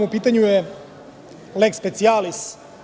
U pitanju je leks specijalis.